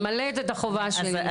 ממלאת את החובה שלי.